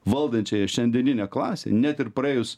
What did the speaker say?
valdančiąją šiandieninę klasę net ir praėjus